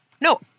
no